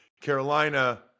Carolina